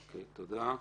תודה.